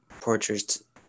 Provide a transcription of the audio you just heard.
portraits